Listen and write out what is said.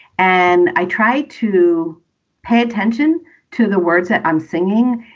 and i try to pay attention to the words that i'm singing.